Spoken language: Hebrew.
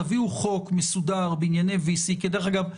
תביאו חוק מסודר בענייני VC דרך אגב,